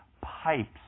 pipes